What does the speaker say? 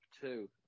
two